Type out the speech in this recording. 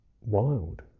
wild